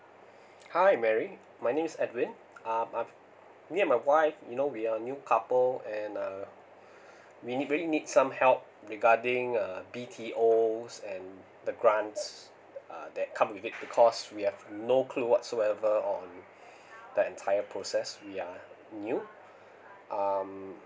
hi mary my name is edwin uh I'm me and my wife you know we are new couple and uh we need really need some help regarding uh B T O and the grants uh that come with it because we have no clue whatsoever on that entire process we are new um